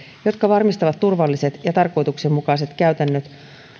jotka varmistavat turvalliset ja tarkoituksenmukaiset käytännöt